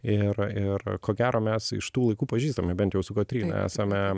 ir ir ko gero mes iš tų laikų pažįstami bent jau su kotryna esame